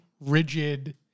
rigid